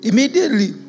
Immediately